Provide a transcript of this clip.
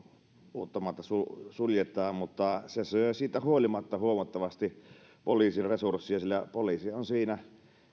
uuttamaata suljetaan mutta se syö siitä huolimatta huomattavasti poliisin resurssia sillä poliisi on siinä